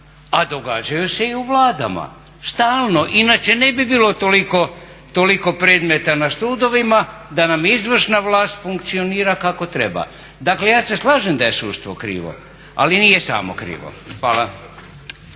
a događaju se i u Vladama stalno inače ne bi bilo toliko predmeta na sudovima da nam izvršna vlast funkcionira kako treba. Dakle, ja se slažem da je sudstvo krivo ali nije samo krivo. Hvala.